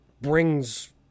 brings